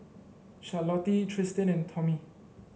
Charlottie Tristin and Tommie